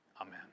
amen